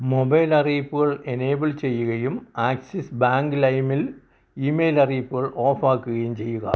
mobile അറിയിപ്പുകൾ enable ചെയ്യുകയും Axis Bank ലൈമിൽ ഇമെയിൽ അറിയിപ്പുകൾ ഓഫ് ആക്കുകയും ചെയ്യുക